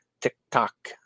TikTok